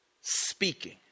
speaking